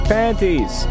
panties